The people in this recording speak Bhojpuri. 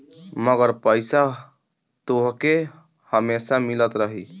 मगर पईसा तोहके हमेसा मिलत रही